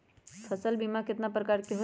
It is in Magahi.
फसल बीमा कतना प्रकार के हई?